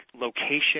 location